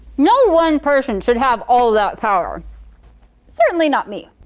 no one person should have all that power certainly not me.